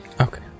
Okay